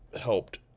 helped